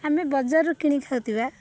ଆମେ ବଜାରରୁ କିଣି ଖାଉଥିବା